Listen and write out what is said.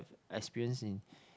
experience in